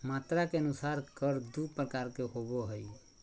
मात्रा के अनुसार कर दू प्रकार के होबो हइ